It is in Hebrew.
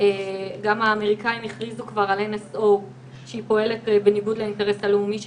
גם האמריקאים הכריזו על NSO שהיא פועלת בניגוד לאינטרס הלאומי שלה,